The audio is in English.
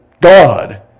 God